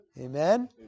Amen